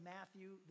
Matthew